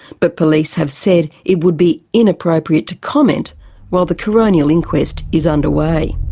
but police have said it would be inappropriate to comment while the coronial inquest is under way.